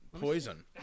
poison